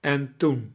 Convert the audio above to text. en toem